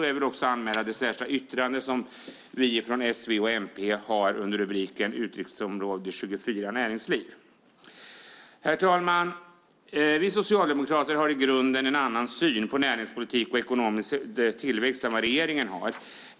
Jag vill också anmäla det särskilda yttrande som vi från S, V och MP har under rubriken Utgiftsområde 24 Näringsliv . Herr talman! Vi socialdemokrater har i grunden en annan syn på näringspolitik och ekonomisk tillväxt än vad regeringen har.